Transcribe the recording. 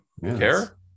care